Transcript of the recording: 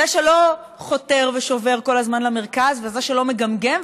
זה שלא חותר ושובר כל הזמן למרכז וזה שלא מגמגם,